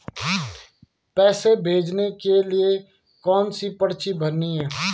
पैसे भेजने के लिए कौनसी पर्ची भरनी है?